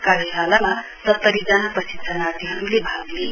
कार्यशालामा सत्तरी जना प्रशिक्षणार्थीहरूले भाग लिए